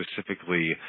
specifically